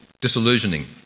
disillusioning